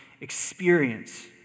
experience